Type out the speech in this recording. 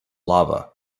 lava